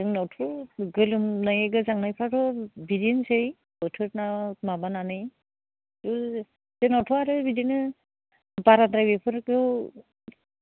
जोंनावथ' गोलोमनाय गोजांनायफ्राथ' बिदिनोसै बोथोरना माबानानै जोंनावथ' आरो बिदिनो बाराद्राय बेफोरखौ